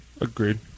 Agreed